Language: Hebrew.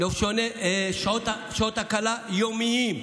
שעות הקלה יומיות,